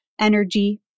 energy